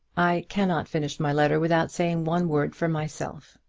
i cannot finish my letter without saying one word for myself.